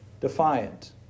defiant